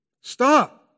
Stop